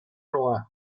loin